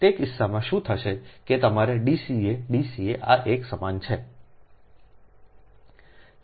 તેથી તે કિસ્સામાં શું થશે કે તમારા D ca D ca આ એક સમાન છે